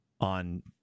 on